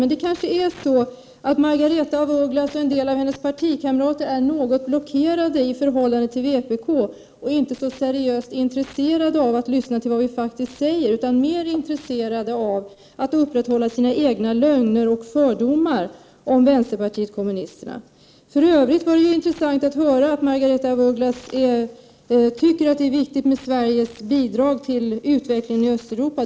Men det kanske är 101 så att Margaretha af Ugglas och en del av hennes partikamrater är något blockerade i förhållande till vpk och inte så seriöst intresserade av att lyssna till vad vi faktiskt säger utan mera intresserade av att upprätthålla sina egna lögner och fördomar om vänsterpartiet kommunisterna. För övrigt var det intressant att höra att Margaretha af Ugglas tycker att det är viktigt med Sveriges bidrag till utvecklingen i Östeuropa.